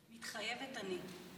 מתחייבת אני.